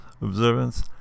observance